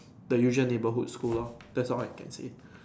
the usual neighbourhood school lor that's all I can say